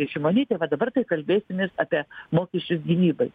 šimonytė va dabar tai kalbėsimės apie mokesčius gynybai